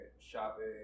shopping